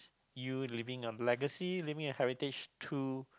you leaving a legacy leaving a heritage to